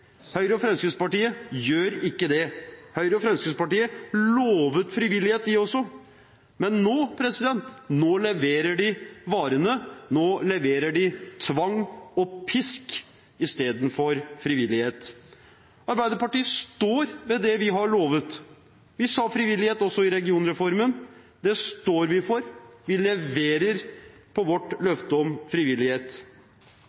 Høyre og Fremskrittspartiet gjør ikke det. Også Høyre og Fremskrittspartiet lovet frivillighet, men nå leverer de varene – nå leverer de tvang og pisk istedenfor frivillighet. Vi i Arbeiderpartiet står ved det vi har lovet. Vi sa «frivillighet» også i regionreformen, det står vi for, vi leverer på vårt